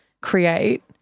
create